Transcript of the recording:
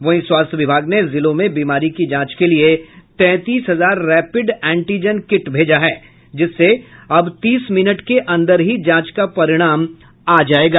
वहीं स्वास्थ्य विभाग ने जिलों में बीमारी की जांच के लिये तैंतीस हजार रैपिड एंटीजन किट भेजा है जिससे अब तीस मिनट के अंदर ही जांच का परिणाम आ जायेगा